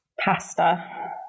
pasta